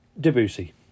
Debussy